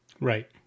Right